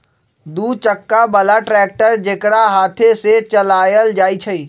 दू चक्का बला ट्रैक्टर जेकरा हाथे से चलायल जाइ छइ